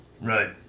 Right